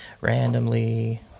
randomly